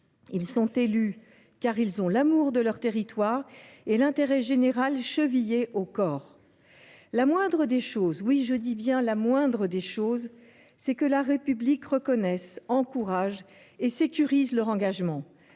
Ils sont élus, car ils ont l’amour de leur territoire et l’intérêt général chevillés au corps. La moindre des choses – je dis bien la moindre des choses –, c’est que la République reconnaisse, encourage et sécurise leur engagement